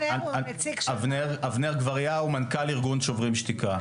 אבנר גבריהו, מנכ"ל ארגון שוברים שתיקה.